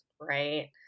right